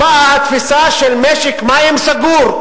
באה התפיסה של משק מים סגור,